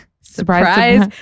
surprise